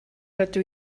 ydw